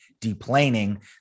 deplaning